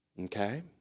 okay